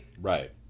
Right